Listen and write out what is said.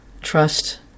Trust